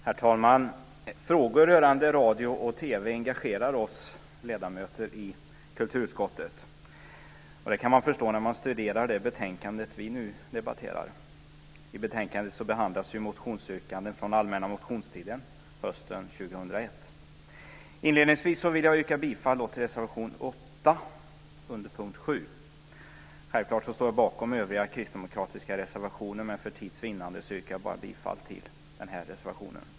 Herr talman! Frågor rörande radio och TV engagerar oss ledamöter i kulturutskottet. Det kan man förstå när man studerar det betänkande som vi nu debatterar. I betänkandet behandlas motionsyrkanden från den allmänna motionstiden hösten 2001. Inledningsvis vill jag yrka bifall till reservation 8 under punkt 7. Självklart står jag bakom övriga kristdemokratiska reservationer, men för tids vinnande yrkar jag bara bifall till den reservationen.